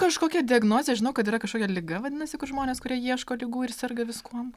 kažkokia diagnozė žinau kad yra kažkokia liga vadinasi kur žmonės kurie ieško ligų ir serga viskuom